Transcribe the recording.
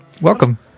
welcome